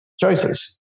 choices